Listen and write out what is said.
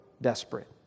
desperate